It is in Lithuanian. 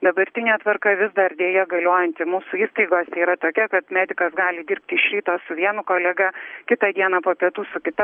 dabartinė tvarka vis dar deja galiojanti mūsų įstaigose yra tokia kad medikas gali dirbti iš ryto su vienu kolega kitą dieną po pietų su kita